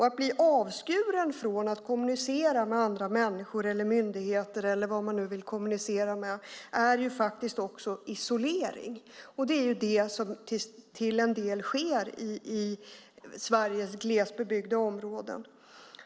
Att bli avskuren från möjligheten att kommunicera med andra människor, myndigheter eller vad man nu vill kommunicera med innebär faktiskt också isolering, och det är det som till en del sker i Sveriges glest bebyggda områden.